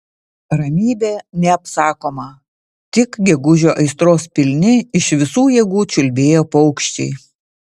ramybė neapsakoma tik gegužio aistros pilni iš visų jėgų čiulbėjo paukščiai